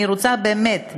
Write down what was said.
אני רוצה באמת,